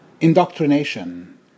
indoctrination